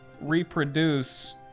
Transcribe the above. reproduce